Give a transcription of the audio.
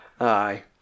Aye